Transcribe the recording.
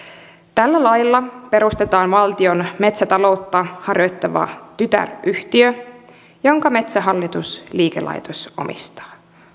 tällä lailla perustetaan valtion metsätaloutta harjoittava tytäryhtiö jonka metsähallitus liikelaitos omistaa